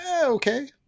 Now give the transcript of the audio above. okay